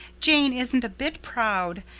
jane isn't a bit proud.